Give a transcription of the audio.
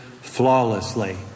flawlessly